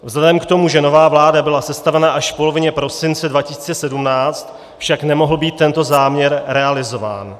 Vzhledem k tomu, že nová vláda byla sestavena až v polovině prosince 2017, však nemohl být tento záměr realizován.